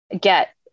get